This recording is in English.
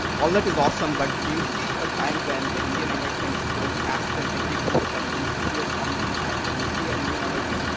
all that is awesome, but do you see a time when the indian americans grow past their ethnic roots and do secular comedy? and when you see an indian american,